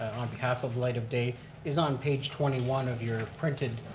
on behalf of light of day is on page twenty one of your printed